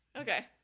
Okay